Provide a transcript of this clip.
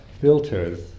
filters